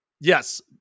Yes